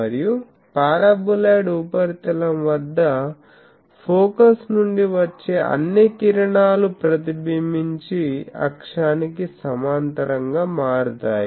మరియు పారాబొలాయిడ్ ఉపరితలం వద్ద ఫోకస్ నుండి వచ్చే అన్ని కిరణాలు ప్రబింబించి అక్షానికి సమాంతరంగా మారతాయి